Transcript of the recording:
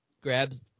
grabs